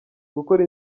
gukora